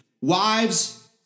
Wives